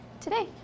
today